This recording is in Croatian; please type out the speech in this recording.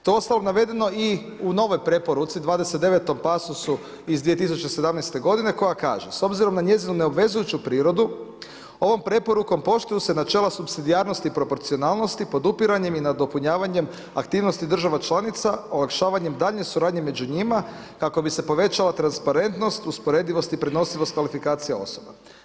To ostalo navedeno i u novoj preporuci 29 pasosu iz 2017. g. koja kaže, s obzirom na njezinu neobvezujuću prirodu, ovom preporukom poštuju se načela supsidijarnosti i proporcionalnosti, podupiranjem i nadopunjavanjem aktivnosti država članica, olakšavanja daljnje suradnje među njima kako bi se povećala transparentnost, usporedivost i prenosivost kvalifikacija osoba.